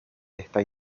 está